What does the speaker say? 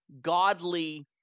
godly